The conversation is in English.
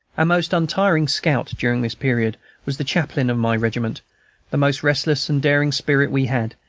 our most untiring scout during this period was the chaplain of my regiment the most restless and daring spirit we had,